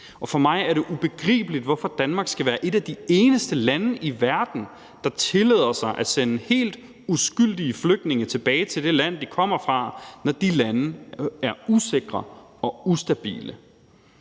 For mig er det ubegribeligt, hvorfor Danmark skal være et af de eneste lande i verden, der tillader sig at sende helt uskyldige flygtninge tilbage til de lande, de kommer fra, når de lande er usikre og ustabile.